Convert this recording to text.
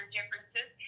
Differences